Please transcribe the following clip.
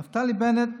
נפתלי בנט,